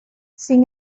sin